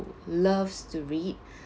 loves to read